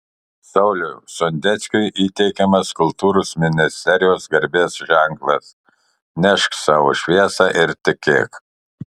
sauliui sondeckiui įteikiamas kultūros ministerijos garbės ženklas nešk savo šviesą ir tikėk